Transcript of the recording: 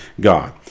God